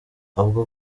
avuga